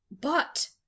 But